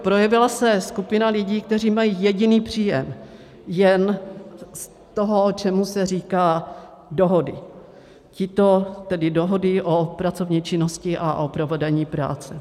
Projevila se skupina lidí, kteří mají jediný příjem jen z toho, čemu se říká dohody, tedy dohody o pracovní činnosti a o provedení práce.